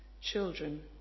Children